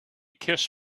kiss